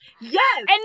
Yes